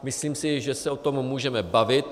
Myslím si, že se o tom můžeme bavit.